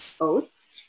oats